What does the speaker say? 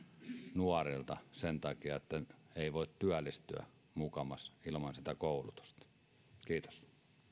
nuorilta sen takia että ei mukamas voi työllistyä ilman koulutusta kiitos